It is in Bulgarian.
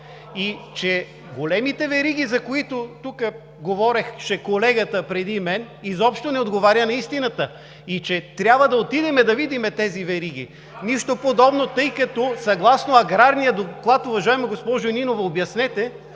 че големите вериги, за които тук говореше колегата преди мен, изобщо не отговаря на истината и че трябва да отидем да видим тези вериги. Нищо подобно, тъй като съгласно Аграрния доклад – уважаема госпожо Нинова, обяснете,